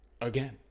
again